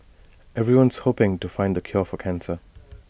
everyone's hoping to find the cure for cancer